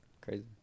crazy